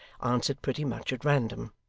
answered pretty much at random.